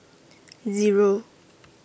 Zero